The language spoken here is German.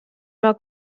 mal